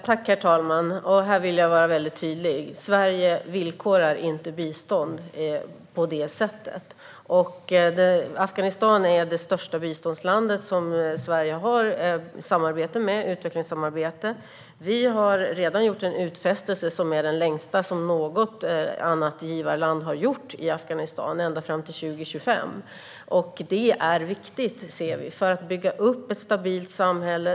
Herr talman! Här vill jag vara väldigt tydlig. Sverige villkorar inte bistånd på det sättet. Afghanistan är det största biståndsland som Sverige har samarbete med - utvecklingssamarbete. Vi har redan gjort en utfästelse som är den längsta som något givarland har gjort i fråga om Afghanistan: ända fram till 2025. Det är viktigt, ser vi, för att bygga upp ett stabilt samhälle.